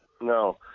No